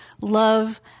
love